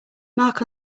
mark